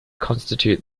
constitute